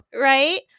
right